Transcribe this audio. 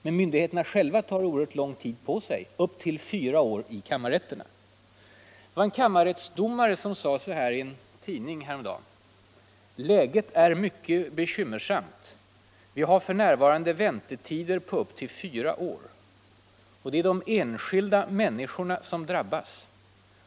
Men myndigheterna själva tar oerhört lång tid på sig, upp till fyra år i kammarrätterna. En kammarrättsdomare sade så här i en tidning häromdagen: ”Läget är mycket bekymmersamt. Vi har f. n. väntetider på upp till fyra år. Och det är de enskilda människorna som drabbas.